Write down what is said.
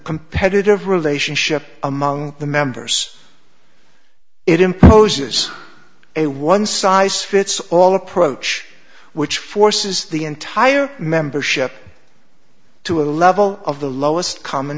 competitive relationship among the members it imposes a one size fits all approach which forces the entire membership to a level of the lowest common